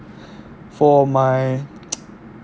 for my